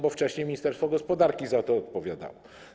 Bo wcześniej Ministerstwo Gospodarki za to odpowiadało.